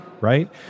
right